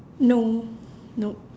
no nope